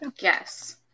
Yes